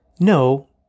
No